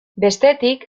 bestetik